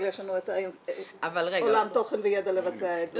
יש לנו עולם תוכן וידע לבצע את זה.